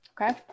Okay